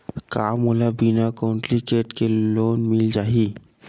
का मोला बिना कौंटलीकेट के लोन मिल जाही?